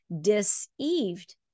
Deceived